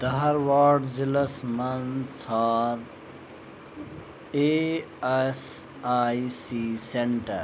دھارواڑ ضِلعس مَنٛز ژھار E S I C centre